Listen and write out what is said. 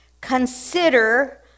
consider